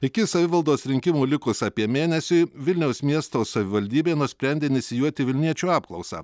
iki savivaldos rinkimų likus apie mėnesiui vilniaus miesto savivaldybė nusprendė inicijuoti vilniečių apklausą